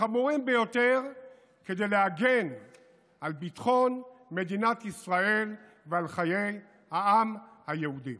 החמורים ביותר כדי להגן על ביטחון מדינת ישראל ועל חיי העם היהודי.